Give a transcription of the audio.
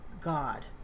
god